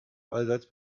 allseits